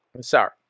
sorry